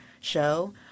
show